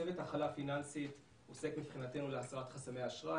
צוות הכלה פיננסית עוסק להסרת חסמי אשראי,